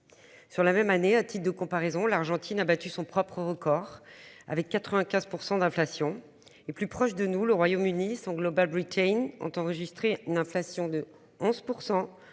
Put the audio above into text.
Sur la même année. À titre de comparaison, l'Argentine a battu son propre record avec 95% d'inflation et plus proche de nous, le Royaume-Uni Global Britain ont enregistré une inflation de 11%,